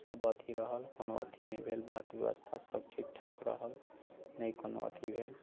सभ अथि रहल कोनो अथि नहि भेल बात व्यवस्था सभ ठीक ठाक रहल नहि कोनो अथि भेल